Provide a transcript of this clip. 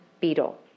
beetle